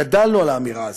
גדלנו על האמירה הזאת.